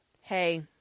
hey